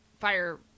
fire